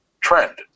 trend